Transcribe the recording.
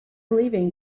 leaving